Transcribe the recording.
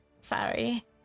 Sorry